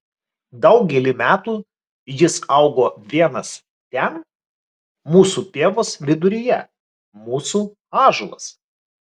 daugelį metų jis augo vienas ten mūsų pievos viduryje mūsų ąžuolas